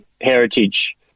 heritage